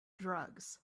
drugs